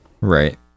right